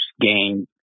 game